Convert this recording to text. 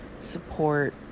support